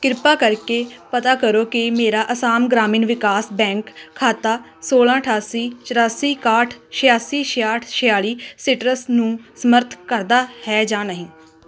ਕਿਰਪਾ ਕਰਕੇ ਪਤਾ ਕਰੋ ਕਿ ਮੇਰਾ ਅਸਾਮ ਗ੍ਰਾਮੀਣ ਵਿਕਾਸ ਬੈਂਕ ਖਾਤਾ ਸੋਲ੍ਹਾਂ ਅਠਾਸੀ ਚੁਰਾਸੀ ਇਕਾਹਠ ਛਿਆਸੀ ਛਿਆਹਠ ਛਿਆਲੀ ਸੀਟਰਸ ਨੂੰ ਸਮਰਥ ਕਰਦਾ ਹੈ ਜਾਂ ਨਹੀਂ